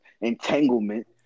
entanglement